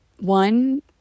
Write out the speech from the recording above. one